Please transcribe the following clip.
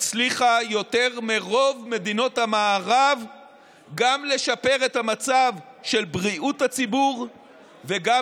הצליחה יותר מרוב מדינות המערב גם לשפר את המצב של בריאות הציבור וגם